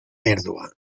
pèrdua